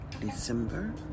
December